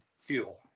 fuel